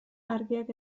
argiak